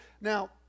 now